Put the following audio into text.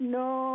no